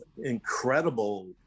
incredible